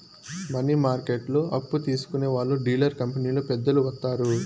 money మార్కెట్లో అప్పు తీసుకునే వాళ్లు డీలర్ కంపెనీలో పెద్దలు వత్తారు